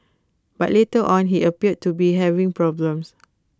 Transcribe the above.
but later on he appeared to be having problems